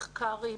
מחקרים,